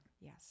Yes